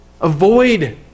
Avoid